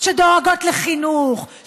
שדואגות לחינוך,